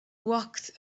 walked